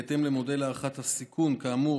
בהתאם למודל הערכת הסיכון כאמור,